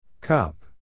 Cup